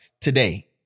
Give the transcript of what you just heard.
today